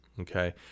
okay